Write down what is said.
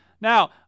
Now